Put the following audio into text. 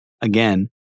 Again